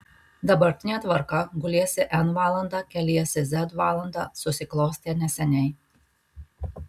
dabartinė tvarka guliesi n valandą keliesi z valandą susiklostė neseniai